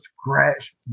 scratch